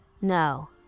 No